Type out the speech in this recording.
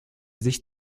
sich